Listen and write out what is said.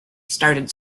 started